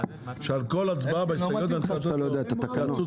הבעלים- -- אפשר לעשות לפני כל הצבעה התייעצות סיעתית.